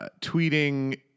tweeting